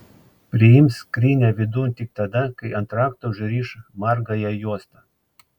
priims skrynią vidun tik tada kai ant rakto užriš margąją juostą